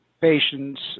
patients